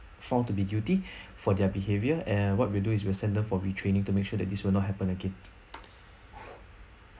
found to be guilty for their behaviour and what we'll do is we'll send them for retraining to make sure that this will not happen again